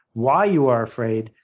why you are afraid,